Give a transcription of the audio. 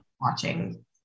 watching